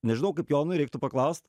nežinau kaip jonui reiktų paklaust